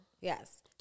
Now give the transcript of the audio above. Yes